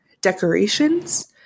decorations